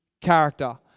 character